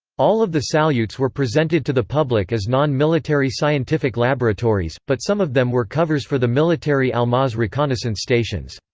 all of the salyuts salyuts were presented to the public as non-military scientific laboratories, but some of them were covers for the military almaz reconnaissance stations.